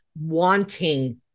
wanting